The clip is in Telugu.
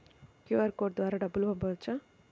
క్యూ.అర్ కోడ్ ద్వారా డబ్బులు పంపవచ్చా?